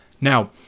Now